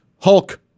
Hulk